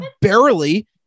barely